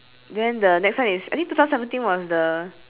then the next one is I think two thousand seventeen was the